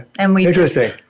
Interesting